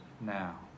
now